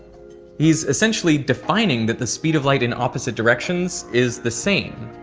he's essentially defining that the speed of light in opposite directions is the same.